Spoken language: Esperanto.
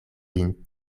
vin